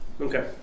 Okay